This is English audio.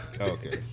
Okay